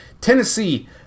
Tennessee